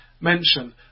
mention